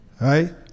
right